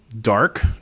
dark